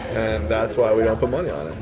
that's why we don't put money on